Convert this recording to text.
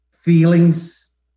feelings